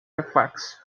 reflex